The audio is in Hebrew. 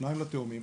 שניים לתאומים.